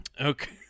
Okay